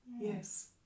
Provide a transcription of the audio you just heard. yes